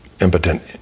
impotent